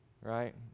right